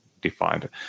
defined